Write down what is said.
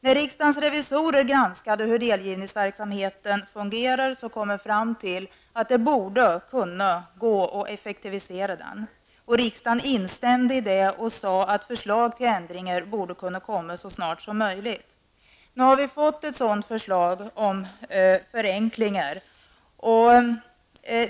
När riksdagens revisorer granskade hur delgivningsverksamheten fungerade kom man fram till att det borde gå att effektivisera den. Riksdagen instämde i detta och sade att förslag till ändringar borde kunna komma så snart som möjligt. Nu har vi fått ett sådant förslag om förenklingar.